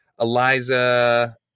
Eliza